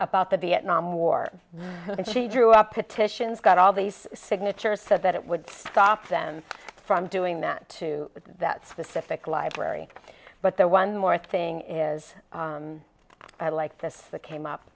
about the vietnam war and she drew up petitions got all these signatures said that it would stop them from doing that to that specific library but the one more thing is i like this that came up